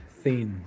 thin